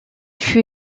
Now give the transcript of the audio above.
fut